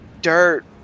dirt